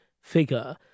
figure